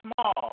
small